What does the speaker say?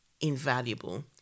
invaluable